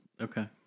Okay